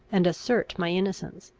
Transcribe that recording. and assert my innocence.